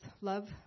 love